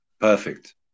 Perfect